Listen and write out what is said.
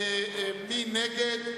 מי נגד?